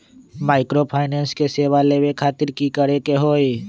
Microfinance के सेवा लेबे खातीर की करे के होई?